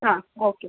ആ ഓക്കെ